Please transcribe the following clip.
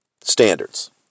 Standards